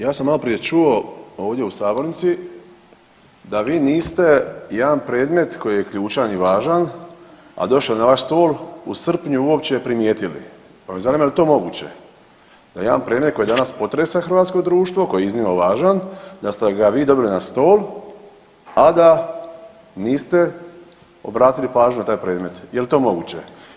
Ja sam maloprije čuo ovdje u sabornici da vi niste jedan predmet koji je ključan i važan, a došao je na vaš stol u srpnju uopće primijetili, pa me zanima jel to moguće da jedan predmet koji danas potresa hrvatsko društvo koji je iznimno važan da ste ga vi dobili na stol, a da niste obratili pažnju na taj predmet, jel to moguće?